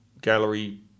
gallery